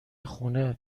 خونه